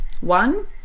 One